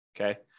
Okay